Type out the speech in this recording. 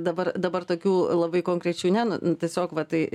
dabar dabar tokių labai konkrečių ne tiesiog va tai